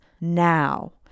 now